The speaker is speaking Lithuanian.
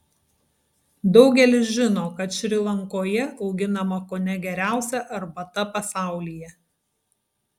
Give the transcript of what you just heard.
daugelis žino kad šri lankoje auginama kone geriausia arbata pasaulyje